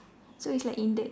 so it's like in the